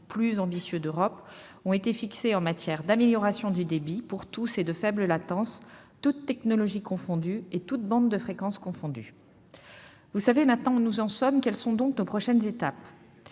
plus ambitieux d'Europe -ont été fixés en matière d'amélioration du débit pour tous et de faible latence, toutes technologies et toutes bandes de fréquences confondues. Vous savez maintenant où nous en sommes, mesdames, messieurs les